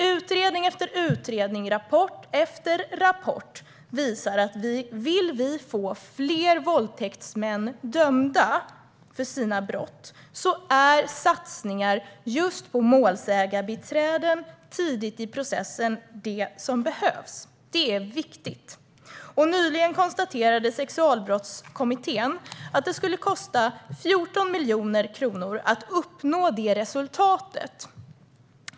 Utredning efter utredning och rapport efter rapport visar att om vi vill få fler våldtäktsmän dömda för sina brott är satsningar på just målsägarbiträden tidigt i processen det som behövs. Det är viktigt. Nyligen konstaterade sexualbrottskommittén att det skulle kosta 14 miljoner kronor att uppnå detta resultat.